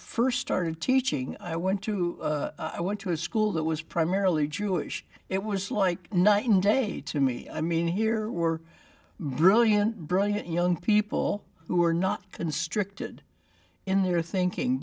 first started teaching i went to i went to a school that was primarily jewish it was like night and day to me i mean here were brilliant brilliant young people who were not constricted in their thinking